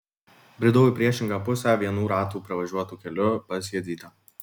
bridau į priešingą pusę vienų ratų pravažiuotu keliu pas jadzytę